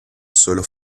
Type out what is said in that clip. sólo